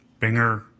binger